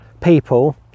people